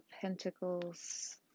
Pentacles